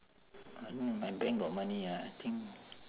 I mean my bank got money ah I think